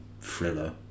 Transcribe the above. thriller